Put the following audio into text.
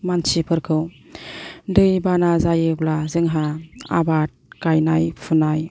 मानसिफोरखौ दै बाना जायोब्ला जोंहा आबाद गायनाय फुनाय